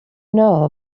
know